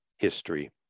history